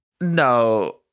no